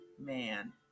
man